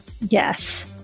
Yes